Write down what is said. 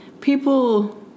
people